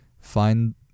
find